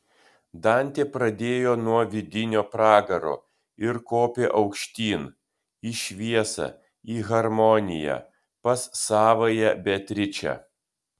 dantė pradėjo nuo vidinio pragaro ir kopė aukštyn į šviesą į harmoniją pas savąją beatričę